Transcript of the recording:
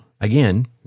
Again